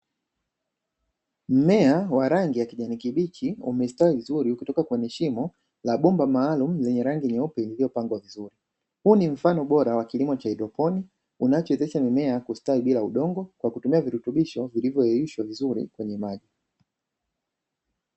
Mmea wa rangi ya kijani kibichi umestawi vizuri ukitoka kwenye shimo la bomba maalumu lenye rangi nyeupe iliyopangwa vizuri. Huu ni mfano bora wa kilimo cha haedroponi unachowezesha mimea kustawi bila udongo kwa kutumia virutubisho vilivyoyeyushwa vizuri kwenye maji.